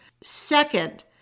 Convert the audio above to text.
Second